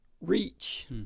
reach